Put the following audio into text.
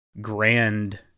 grand